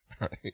right